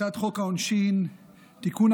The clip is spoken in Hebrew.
הצעת חוק העונשין (תיקון,